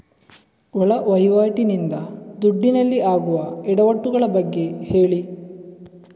ಒಳ ವಹಿವಾಟಿ ನಿಂದ ದುಡ್ಡಿನಲ್ಲಿ ಆಗುವ ಎಡವಟ್ಟು ಗಳ ಬಗ್ಗೆ ಹೇಳಿ